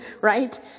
right